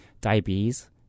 Diabetes